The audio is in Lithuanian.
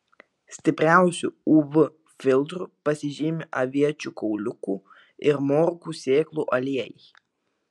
stipriausiu uv filtru pasižymi aviečių kauliukų ir morkų sėklų aliejai